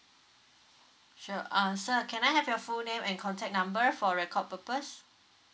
sure uh sir can I have your full name and contact number for record purpose